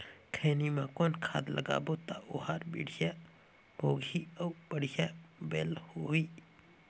खैनी मा कौन खाद लगाबो ता ओहार बेडिया भोगही अउ बढ़िया बैल होही?